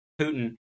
Putin